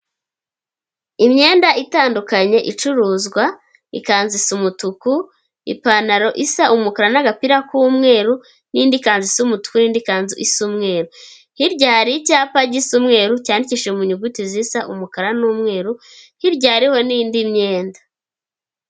Imyenda itandukanye icuruzwa, ikanzu isa umutuku, ipantaro isa umukara n'agapira k'umweru n'indi kanzu isa umutuku n'indi kanzu isa umweru, hirya hari icyapa gisa umweru, cyandikishije mu nyuguti zisa umukara n'umweru, hirya hariho n'indi myenda.